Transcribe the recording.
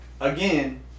again